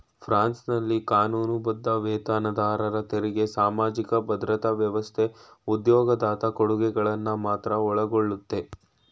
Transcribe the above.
ಫ್ರಾನ್ಸ್ನಲ್ಲಿ ಕಾನೂನುಬದ್ಧ ವೇತನದಾರರ ತೆರಿಗೆ ಸಾಮಾಜಿಕ ಭದ್ರತಾ ವ್ಯವಸ್ಥೆ ಉದ್ಯೋಗದಾತ ಕೊಡುಗೆಗಳನ್ನ ಮಾತ್ರ ಒಳಗೊಳ್ಳುತ್ತೆ